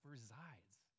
resides